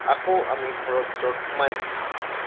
আকৌ আমি ঘৰৰ ভিতৰত সোমাই দিলোঁ